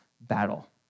battle